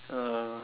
uh